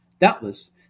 Doubtless